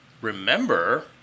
remember